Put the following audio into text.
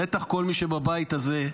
בטח כל מי שבבית הזה,